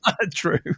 True